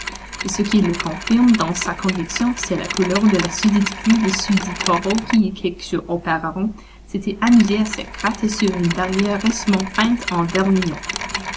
et ce qui le confirme dans sa conviction c'est la couleur de la susdite queue du susdit taureau qui quelques jours auparavant s'était amusé à se gratter sur une barrière récemment peinte en